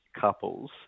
couples